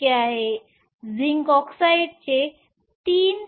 42 zinc oxide 3